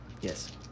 Yes